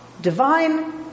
divine